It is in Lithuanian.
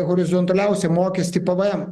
horizontaliausią mokestį pvem